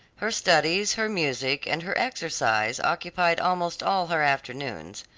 her studies, her music, and her exercise occupied almost all her afternoons,